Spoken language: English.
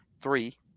three